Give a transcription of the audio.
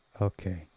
Okay